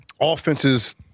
offenses